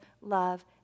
love